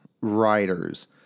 writers